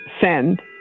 send